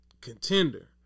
contender